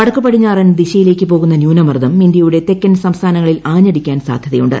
വടക്കുപടിഞ്ഞാറൻ ദിശയിലേക്ക് പോകുന്ന ന്യൂനമർദ്ദം ഇന്ത്യയുടെ തെക്കൻ സംസ്ഥാനങ്ങളിൽ ആഞ്ഞടിക്കാൻ സാധ്യതയുണ്ട്